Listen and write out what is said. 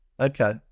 Okay